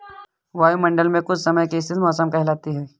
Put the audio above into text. वायुमंडल मे कुछ समय की स्थिति मौसम कहलाती है